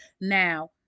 Now